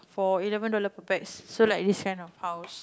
for eleven dollar per pack so like decent of house